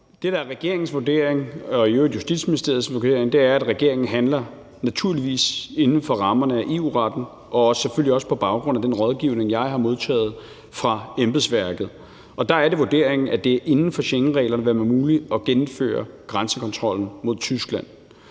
regeringens vurdering og i øvrigt også Justitsministeriets vurdering, er, at regeringen naturligvis handler inden for rammerne af EU-retten og selvfølgelig også på baggrund af den rådgivning, jeg har modtaget fra embedsværket. Der er det vurderingen, at det inden for Schengenreglerne vil være muligt at gennemføre grænsekontrollen mod Tyskland.